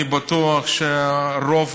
אני בטוח שרוב-רובם